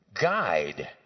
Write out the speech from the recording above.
guide